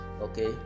Okay